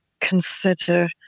consider